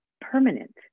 permanent